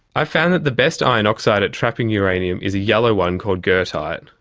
i found that the best iron oxide at trapping uranium is a yellow one called goethite.